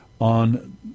on